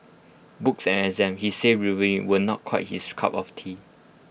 books and exams he says rueful were not quite his cup of tea